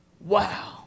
wow